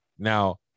Now